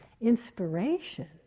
inspiration